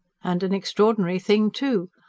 and an extraordinary thing, too!